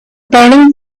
burning